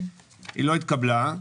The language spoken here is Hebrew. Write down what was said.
היא לא התקבלה.